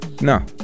no